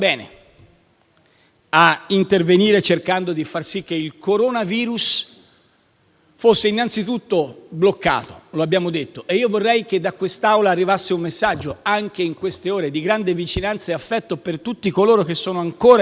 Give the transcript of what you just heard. a intervenire cercando di far sì che il coronavirus fosse innanzitutto bloccato. Vorrei che da quest'Assemblea arrivasse un messaggio anche in queste ore di grande vicinanza e affetto per tutti coloro che sono ancora in prima fila